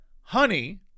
Honey